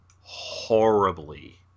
horribly